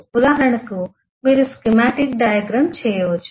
ఉదాహరణకు మీరు schematic diagram చేయవచ్చు